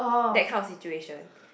that kind of situation